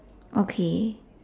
okay